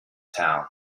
town